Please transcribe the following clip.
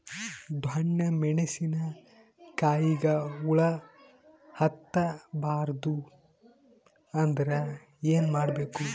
ಡೊಣ್ಣ ಮೆಣಸಿನ ಕಾಯಿಗ ಹುಳ ಹತ್ತ ಬಾರದು ಅಂದರ ಏನ ಮಾಡಬೇಕು?